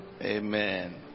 Amen